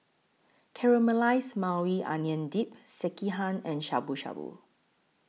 Caramelized Maui Onion Dip Sekihan and Shabu Shabu